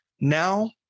now